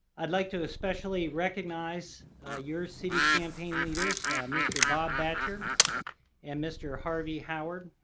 i'd like to especially recognize your city campaign leaders, mr. bob batcher and mr. harvey howard,